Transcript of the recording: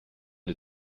des